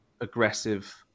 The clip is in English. aggressive